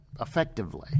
effectively